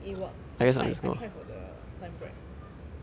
it works I tried I tried for the timed prac